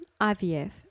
IVF